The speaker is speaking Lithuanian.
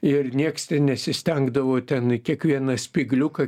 ir nieks ten nesistengdavo ten kiekvieną spygliuką